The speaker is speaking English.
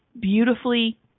beautifully